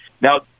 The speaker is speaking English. Now